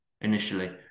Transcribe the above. initially